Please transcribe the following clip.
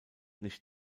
nicht